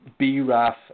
BRAF